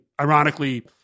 ironically